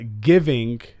giving